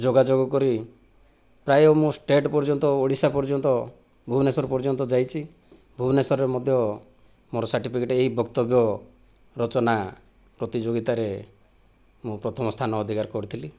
ଯୋଗା ଯୋଗ କରି ପ୍ରାୟ ମୁଁ ଷ୍ଟେଟ ପର୍ଯ୍ୟନ୍ତ ଓଡ଼ିଶା ପର୍ଯ୍ୟନ୍ତ ଭୁବନେଶ୍ଵର ପର୍ଯ୍ୟନ୍ତ ଯାଇଛି ଭୁବନେଶ୍ଵରରେ ମଧ୍ୟ ମୋର ସାର୍ଟିଫିକେଟ ଏଇ ବକ୍ତବ୍ୟ ରଚନା ପ୍ରତିଯୋଗିତାରେ ମୁଁ ପ୍ରଥମ ସ୍ଥାନ ଅଧିକାର କରିଥିଲି